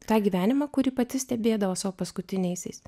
tą gyvenimą kurį pati stebėdavo savo paskutiniaisiais